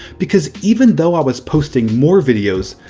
because even though i was posting more videos,